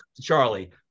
Charlie